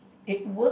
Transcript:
it work